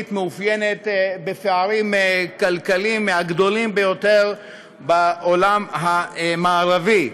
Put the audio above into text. מתאפיינת בפערים כלכליים מהגדולים ביותר בעולם המערבי.